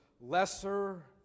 lesser